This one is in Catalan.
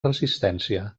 resistència